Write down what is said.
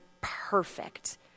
perfect